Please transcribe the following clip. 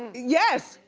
yes,